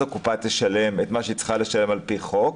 הקופה תשלם את מה שהיא צריכה לשלם על פי חוק,